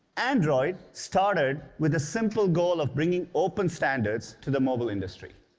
android started with the simple goal of bringing open standards to the mobile industry.